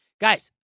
Guys